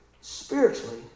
spiritually